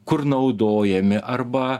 kur naudojami arba